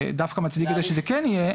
דווקא מצדיק את זה שזה כן יהיה,